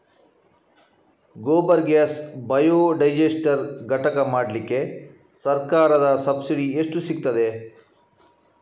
Gobar gas biodigester ಘಟಕ ಮಾಡ್ಲಿಕ್ಕೆ ಸರ್ಕಾರದ ಸಬ್ಸಿಡಿ ಎಷ್ಟು ಸಿಕ್ತಾದೆ?